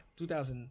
2000